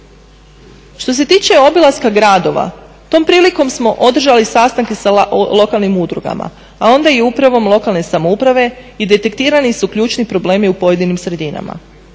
Što se tiče obilaska gradova tom prilikom smo održali sastanke sa lokalnim udrugama a onda i upravom lokalne samouprave i detektirani su ključni problemi u pojedinim sredinama.